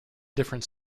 different